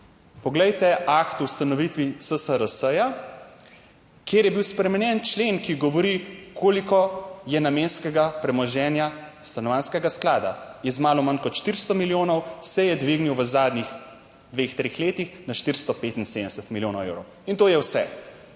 Poglejte akt o ustanovitvi SSRS, kjer je bil spremenjen člen, ki govori koliko je namenskega premoženja Stanovanjskega sklada je malo manj kot 400 milijonov, se je dvignil v zadnjih dveh, treh letih na 475 milijonov evrov in to je vse.